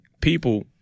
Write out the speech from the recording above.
people